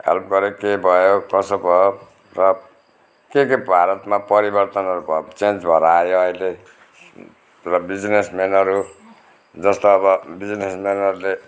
help गरे के भयो कसो भयो र के के भारतमा परिवर्तनहरू भयो चेन्ज भएर आयो अहिले र बिजिनेसम्यानहरू जस्तो अब बिजनेसम्यानहरूले